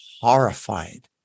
horrified